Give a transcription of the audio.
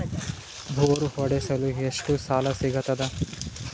Bore ಹೊಡೆಸಲು ಎಷ್ಟು ಸಾಲ ಸಿಗತದ?